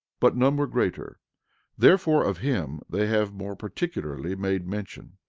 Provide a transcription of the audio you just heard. but none were greater therefore, of him they have more particularly made mention.